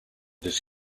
this